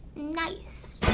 nice.